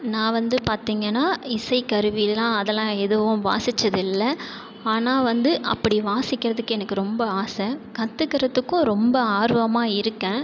நான் வந்து பார்த்தீங்கன்னா இசை கருவிலாம் அதெல்லாம் எதுவும் வாசிச்சதில்லை ஆனால் வந்து அப்படி வாசிக்கிறதுக்கு எனக்கு ரொம்ப ஆசை கத்துக்கிறதுக்கும் ரொம்ப ஆர்வமாக இருக்கேன்